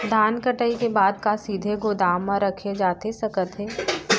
धान कटाई के बाद का सीधे गोदाम मा रखे जाथे सकत हे?